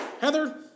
Heather